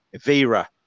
Vera